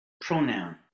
pronoun